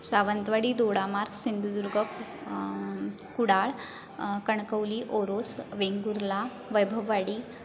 Sawantwadi Dodamarg Sindhudurg Kudal Kankavli Oros Vengurla Vaibhavwadi